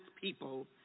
people